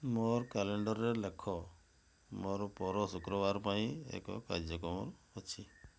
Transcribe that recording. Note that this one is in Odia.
ମୋର କ୍ୟାଲେଣ୍ଡର୍ରେ ଲେଖ ମୋର ପର ଶୁକ୍ରବାର ପାଇଁ ଏକ କାର୍ଯ୍ୟକ୍ରମ ଅଛି